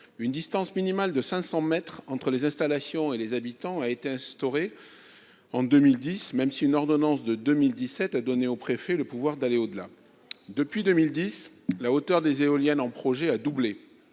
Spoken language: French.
Une distance minimale de 500 mètres entre les installations et les habitations a été instituée en 2010, même si une ordonnance du 26 janvier 2017 a donné aux préfets le pouvoir d'aller au-delà. Depuis 2010, la hauteur des éoliennes en projet a doublé,